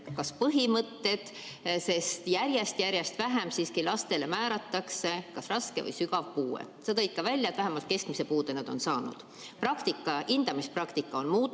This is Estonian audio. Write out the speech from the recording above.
põhimõtted, sest järjest-järjest vähem siiski lastele määratakse kas rasket või sügavat puuet. Sa tõid ka välja, et vähemalt keskmise puude on nad saanud. Hindamispraktika on muutunud,